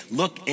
look